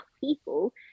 people